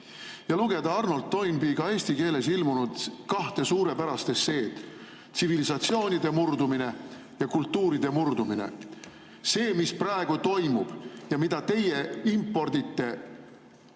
ja lugeda Arnold Toynbee ka eesti keeles ilmunud kahte suurepärast esseed: "Tsivilisatsioonide murdumine" ja "Kultuuride murdumine". See, mis praegu toimub ja mida teie impordite